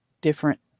different